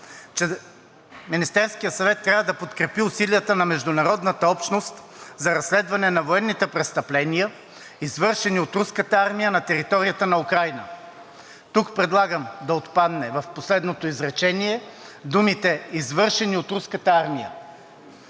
че Министерският съвет трябва да подкрепи усилията на международната общност за разследване на военните престъпления, извършени от Руската армия, на територията на Украйна. Тук предлагам в последното изречение да отпаднат думите „извършени от Руската армия“